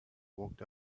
walked